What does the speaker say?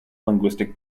linguistic